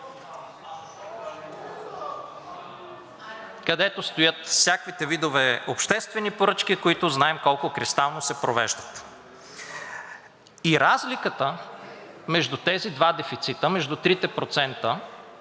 където стоят всякаквите видове обществени поръчки, които знаем колко кристално се провеждат. И разликата между тези два дефицита – между 3-те процента